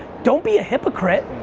don't be a hypocrite.